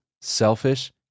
selfish